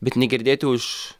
bet negirdėti už